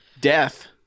death